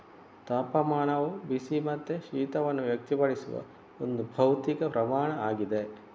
ತಾಪಮಾನವು ಬಿಸಿ ಮತ್ತೆ ಶೀತವನ್ನ ವ್ಯಕ್ತಪಡಿಸುವ ಒಂದು ಭೌತಿಕ ಪ್ರಮಾಣ ಆಗಿದೆ